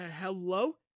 Hello